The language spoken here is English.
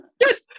Yes